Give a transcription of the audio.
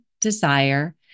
desire